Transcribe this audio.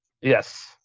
Yes